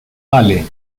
vale